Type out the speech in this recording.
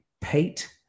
pate